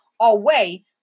away